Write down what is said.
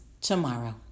tomorrow